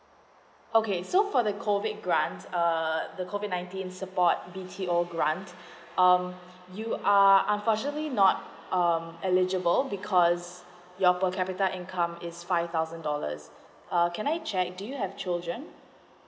okay so for the COVID grant err the COVID nineteen support B_T_O grant um you are unfortunately not um eligible because your per capita income is five thousand dollars err can I check do you have children